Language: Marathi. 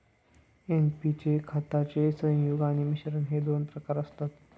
एन.पी चे खताचे संयुग आणि मिश्रण हे दोन प्रकारचे असतात